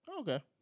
Okay